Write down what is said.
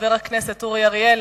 חבר הכנסת אורי אריאל,